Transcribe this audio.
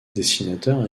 dessinateur